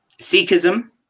Sikhism